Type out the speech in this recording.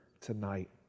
tonight